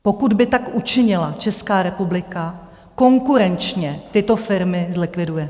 Pokud by tak učinila Česká republika, konkurenčně tyto firmy zlikviduje.